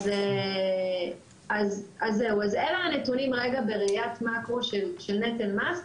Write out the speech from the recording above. אז אלה הנתונים בראיית מקרו של נטל מס,